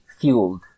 fueled